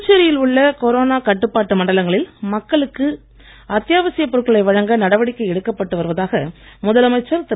புதுச்சேரியில் உள்ள கொரோனா கட்டுப்பாட்டு மண்டலங்களில் மக்களுக்கு அத்தியாவசியப் பொருட்களை வழங்க நடவடிக்கை எடுக்கப் பட்டு வருவதாக முதலமைச்சர் திரு